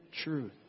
truth